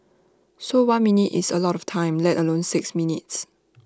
so one minute is A lot of time let alone six minutes